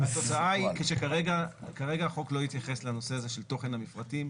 התוצאה היא שכרגע החוק לא יתייחס לנושא הזה של תוכן המפרטים,